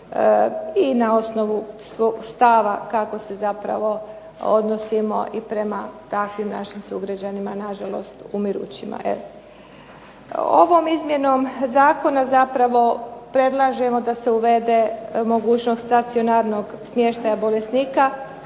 i na osnovu stava kako se zapravo odnosimo i prema takvim našim sugrađanima. Na žalost umirućima. Ovom izmjenom zakona zapravo predlažemo da se uvede mogućnost stacionarnog smještaja bolesnika,